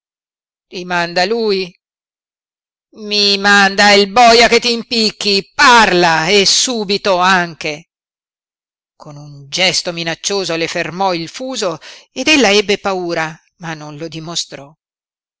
ti manda lui i manda il boia che ti impicchi parla e subito anche con un gesto minaccioso le fermò il fuso ed ella ebbe paura ma non lo dimostrò